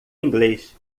inglês